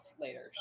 later